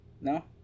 No